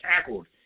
tackled